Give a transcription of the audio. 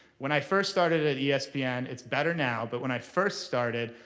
when i first started at yeah espn, it's better now, but when i first started,